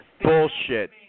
Bullshit